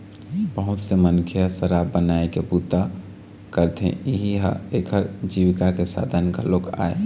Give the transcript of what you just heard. बहुत ले मनखे ह शराब बनाए के बूता करथे, इहीं ह एखर जीविका के साधन घलोक आय